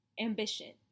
ambition